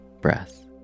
breath